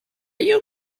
you